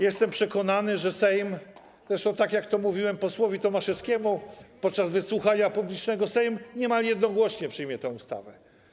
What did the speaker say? Jestem przekonany, że Sejm, tak jak mówiłem posłowi Tomaszewskiemu podczas wysłuchania publicznego, niemal jednogłośnie przyjmie tę ustawę.